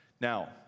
Now